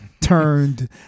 turned